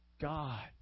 God